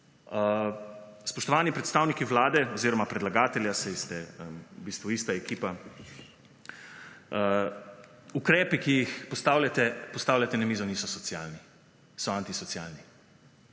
Spoštovani predstavniki Vlade oziroma predlagateljev, saj ste v bistvu ista ekipa, ukrepi, ki jih dajete na mizo, niso socialni, so antisocialni.